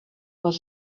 what